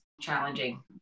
challenging